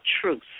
truth